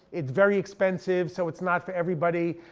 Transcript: it's very expensive, so it's not for everybody.